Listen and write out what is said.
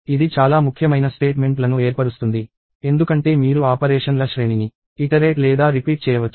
ఇది చాలా ముఖ్యమైన స్టేట్మెంట్లను ఏర్పరుస్తుంది ఎందుకంటే మీరు ఆపరేషన్ల శ్రేణిని ఇటరేట్ లేదా రిపీట్ చేయవచ్చు